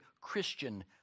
Christian